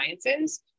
sciences